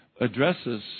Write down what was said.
addresses